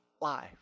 life